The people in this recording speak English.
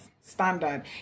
standard